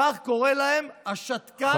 כך קורא להם השתקן,